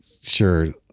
sure